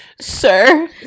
Sir